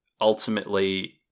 ultimately